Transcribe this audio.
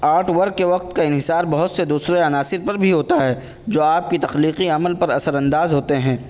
art work کے وقت کا انحصار بہت سے دوسرے عناصر پر بھی ہوتا ہے جو آپ کی تخلیقی عمل پر اثر انداز ہوتے ہیں